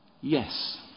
yes